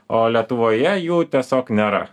o lietuvoje jų tiesiog nėra